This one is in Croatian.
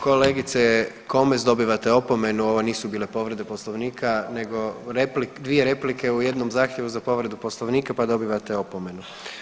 Kolegice Komes, dobivate opomenu ovo nisu bile povrede Poslovnika, nego dvije replike u jednom zahtjevu za povredu Poslovnika pa dobivate opomenu.